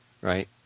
right